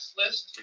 list